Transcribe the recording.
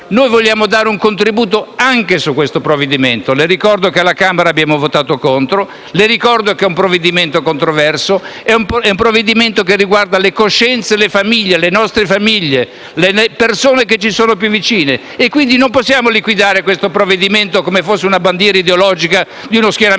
Noi vogliamo dare un contributo anche su questo provvedimento. Le ricordo che alla Camera abbiamo votato contro; le ricordo che è un provvedimento controverso e che è un provvedimento che riguarda le coscienze e le famiglie, le nostre famiglie, le persone che ci sono più vicine. Quindi, non possiamo liquidare questo provvedimento come fosse una bandiera ideologica di uno schieramento